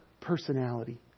personality